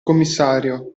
commissario